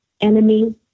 enemy